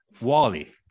wally